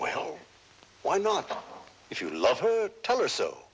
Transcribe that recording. well why not if you love her tell her so